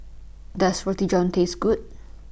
Does Roti John Taste Good